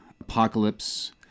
apocalypse